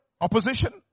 opposition